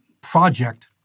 project—